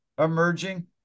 emerging